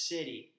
City